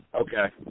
Okay